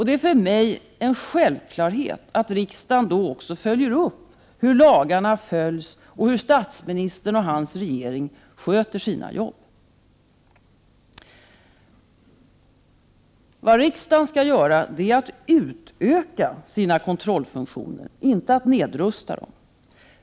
Det är för mig en självklarhet att riksdagen då också följer upp hur lagarna följs och hur statsministern och hans regering sköter sina jobb. Vad riksdagen skall göra är att utöka sina kontrollfunktioner, inte nedrusta dem.